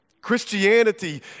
Christianity